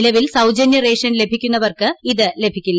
നിലവിൽ സൌജനൃ റേഷൻ ലഭിക്കുന്നവർക്ക് ഇത് ലഭിക്കില്ല